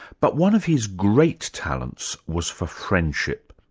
but one of his great talents was for friendship.